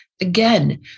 Again